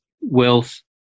wealth